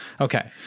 Okay